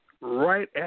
right